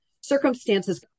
Circumstances